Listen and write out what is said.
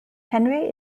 henry